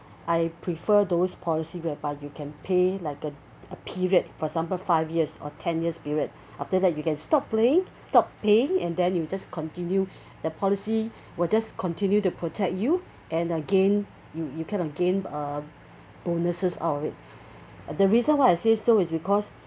I prefer those policy whereby you can pay like a a period for example five years or ten years period after that you can stop paying stop paying and then you just continue the policy will just continue to protect you and again you you kind of gained uh bonuses out of it uh the reason why I say so is because